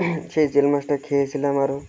সেই জিওল মাছটা খেয়েছিলাম আরও